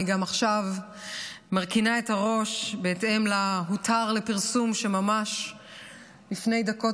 אני עכשיו גם מרכינה את הראש בהתאם ל"הותר לפרסום" ממש לפני דקות